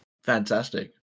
Fantastic